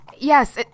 Yes